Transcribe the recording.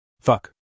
fuck